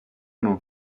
non